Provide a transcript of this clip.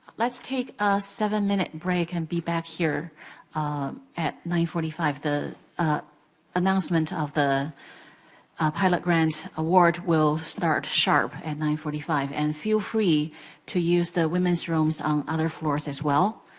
let's take a seven-minute break and be back here at nine forty five. the announcement of the pilot grant award will start sharp at nine forty five, and feel free to use the women's rooms on other floors as well.